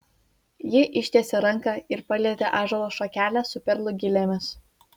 ji ištiesė ranką ir palietė ąžuolo šakelę su perlų gilėmis